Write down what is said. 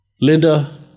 Linda